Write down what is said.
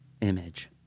image